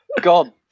God